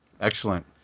Excellent